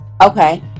okay